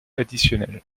additionnel